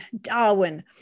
darwin